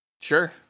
Sure